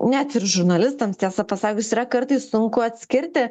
net ir žurnalistams tiesą pasakius yra kartais sunku atskirti